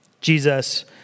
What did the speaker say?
Jesus